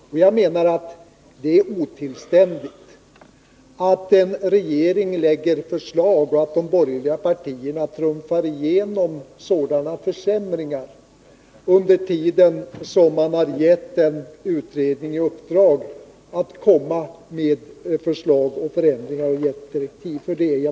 Jag menar att det är otillständigt att regeringen lägger fram förslag till sådana försämringar och de borgerliga partierna trumfar igenom dessa under tiden som en utredning har i uppdrag att komma med förslag till förändringar.